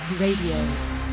Radio